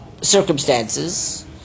circumstances